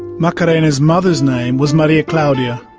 macarena's mother's name was maria claudia.